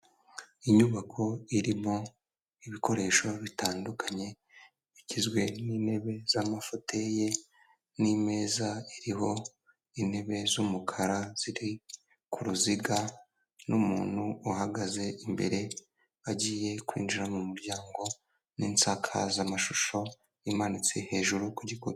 Inyubako irimo ibikoresho bitandukanye bigizwe n'intebe z'amafotoye n'imeza iriho intebe z'umukara ziri ku ruziga n'umuntu uhagaze imbere agiye kwinjira mu muryango n'insakazamashusho imanitse hejuru ku gikuta.